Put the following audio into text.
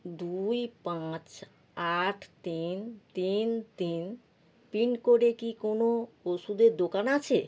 দুই পাঁচ আট তিন তিন তিন পিনকোডে কি কোনো ওষুধের দোকান আছে